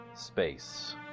space